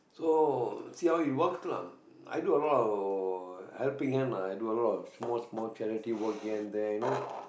so see how it works lah i do a lot of helping them lah and do a lot of small small charity work here and there